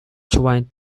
trying